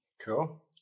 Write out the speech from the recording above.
Cool